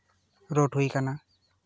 road ᱦᱩᱭ ᱠᱟᱱᱟ